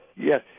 Yes